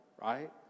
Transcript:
right